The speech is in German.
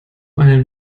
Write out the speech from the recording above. einen